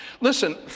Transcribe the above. Listen